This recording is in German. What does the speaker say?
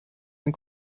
ein